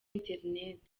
internet